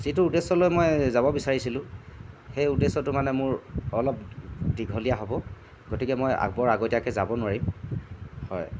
যিটো উদ্দেশ্য লৈ মই যাব বিচাৰিছিলোঁ সেই উদ্দেশ্যটো মানে মোৰ অলপ দীঘলীয়া হ'ব গতিকে মই বৰ আগতীয়াকৈ যাব নোৱাৰিম হয়